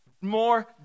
more